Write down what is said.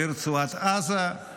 לרצועת עזה.